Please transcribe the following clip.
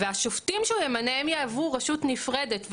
והשופטים שהוא ימנה הם יהוו רשות נפרדת,